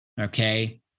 okay